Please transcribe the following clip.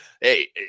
hey